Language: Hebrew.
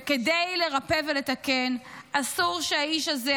וכדי לרפא ולתקן אסור שהאיש הזה,